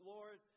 Lord